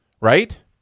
Right